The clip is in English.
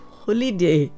holiday